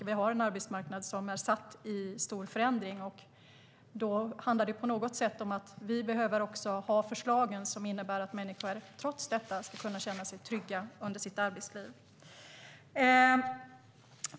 Vi har en arbetsmarknad som är stadd i stor förändring, och då handlar det på något sätt om att vi behöver ha förslagen som innebär att människor trots detta ska kunna känna sig trygga under sitt arbetsliv.